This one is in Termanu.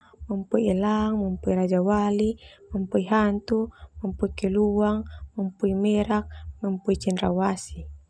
Mampui elang, Mampui rajawali, mampui hantu mampui keluang, mampui merak, mampui cendrawasih.